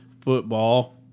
football